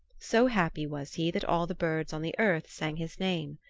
so happy was he that all the birds on the earth sang his name.